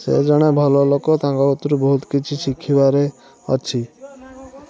ସେ ଜଣେ ଭଲ ଲୋକ ତାଙ୍କ କତୁରୁ ବହୁତ କିଛି ଶିଖିବାର ଅଛି